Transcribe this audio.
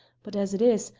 but as it is,